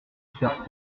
faire